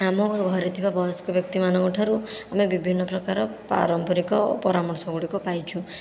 ଆମ ଘରେ ଥିବା ବୟସ୍କ ବ୍ୟକ୍ତିମାନଙ୍କ ଠାରୁ ଆମେ ବିଭିନ୍ନ ପ୍ରକାର ପାରମ୍ପାରିକ ପରାମର୍ଶ ଗୁଡ଼ିକ ପାଇଛୁ